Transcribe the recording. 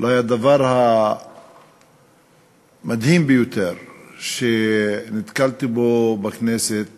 אולי הדבר המדהים ביותר שנתקלתי בו בכנסת